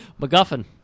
MacGuffin